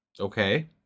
Okay